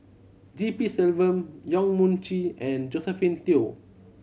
G P Selvam Yong Mun Chee and Josephine Teo